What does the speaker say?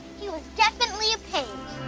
he was definitely a page,